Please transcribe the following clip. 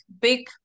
big